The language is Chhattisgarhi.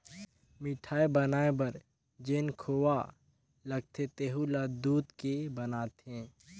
मिठाई बनाये बर जेन खोवा लगथे तेहु ल दूद के बनाथे